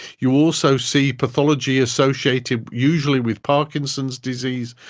you also see pathology associated usually with parkinson's disease,